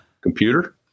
computer